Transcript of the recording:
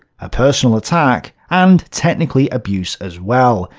a personal attack, and technically abuse as well.